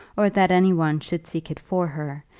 or that any one should seek it for her,